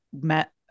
met